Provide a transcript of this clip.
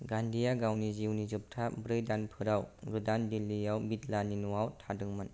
गांधिआ गावनि जिउनि जोबथा ब्रै दानफोराव गोदान दिल्लीआव बिड़लानि न'आव थादोंमोन